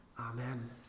Amen